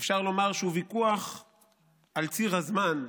אפשר לומר שהוא ויכוח על ציר הזמן,